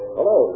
Hello